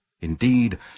Indeed